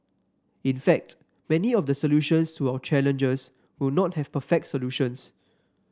in fact many of the solutions to our challenges will not have perfect solutions